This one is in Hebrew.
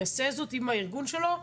יעשה זאת עם הארגון שלו,